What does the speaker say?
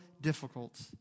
difficult